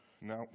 Now